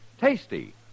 Tasty